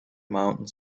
mountain